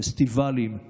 פסטיבלים,